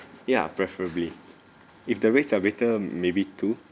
ya preferably if the rates are better maybe two